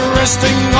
resting